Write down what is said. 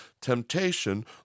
Temptation